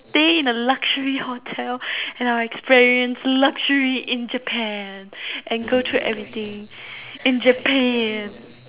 stay in a luxury hotel and I will experience luxury in Japan and go through everything in Japan